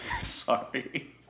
Sorry